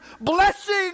blessing